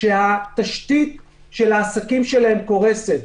שהתשתית של העסקים שלהם קורסת.